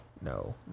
no